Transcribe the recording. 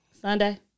Sunday